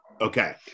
Okay